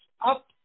up